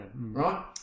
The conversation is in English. Right